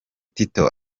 tito